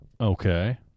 Okay